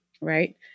Right